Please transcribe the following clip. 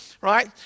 right